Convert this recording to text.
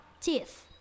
teeth